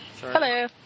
Hello